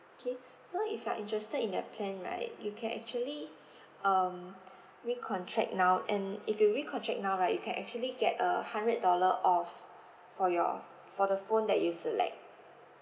okay so if you're interested in that plan right you can actually um recontract now and if you recontract now right you can actually get a hundred dollar off for your for the phone that you select